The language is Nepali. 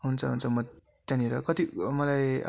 हुन्छ हुन्छ म त्यहाँनिर कति मलाई